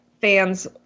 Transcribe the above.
fans